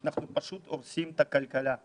אנחנו פשוט הורסים את הכלכלה.